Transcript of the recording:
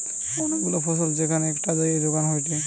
অনেক গুলা ফসল যেখান একটাই জাগায় যোগান হয়টে